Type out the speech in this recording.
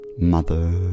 Mother